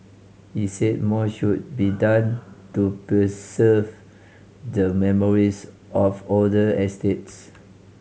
he said more should be done to preserve the memories of older estates